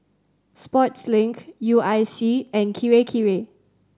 Sportslink U I C and Kirei Kirei